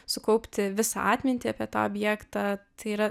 sukaupti visą atmintį apie tą objektą tai yra